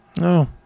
No